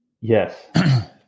yes